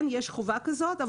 כן, יש חובה כזאת.